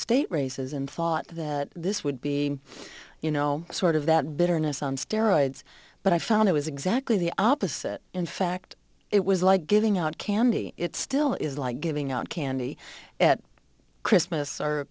state races and thought that this would be you know sort of that bitterness on steroids but i found it was exactly the opposite in fact it was like giving out candy it still is like giving out candy at christmas or